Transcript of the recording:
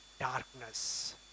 darkness